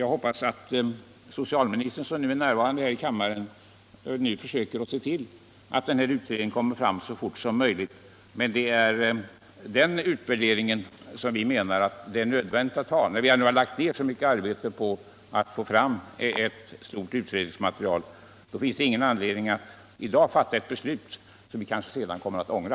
Jag hoppas att socialministern som nu är närvarande i kammaren försöker se till att utvärderingen görs så fort som möjligt. Vi menar att det är nödvändigt att ha den innan vi fattar ett beslut. När vi nu ändå har lagt ned så mycket arbete på att få fram ett stort utredningsmaterial finns det ingen anledning att i dag fatta ett beslut som vi sedan kommer att ångra.